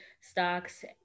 stocks